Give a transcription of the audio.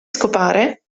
scopare